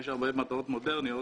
יש הרבה מטרות מודרניות